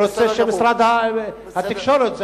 אני רוצה שמשרד התקשורת יתערב,